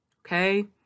okay